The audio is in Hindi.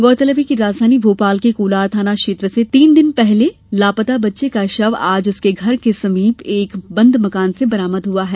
गौरतलब है कि राजधानी भोपाल के कोलार थाना क्षेत्र से तीन दिन पहले लापता बच्चे का शव आज उसके घर के समीप एक बंद मकान से बरामद हुआ है